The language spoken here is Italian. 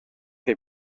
che